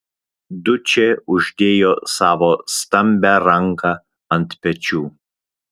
dučė uždėjo savo stambią ranką ant pečių